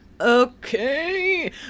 Okay